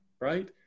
right